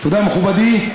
תודה, מכובדי.